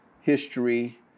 history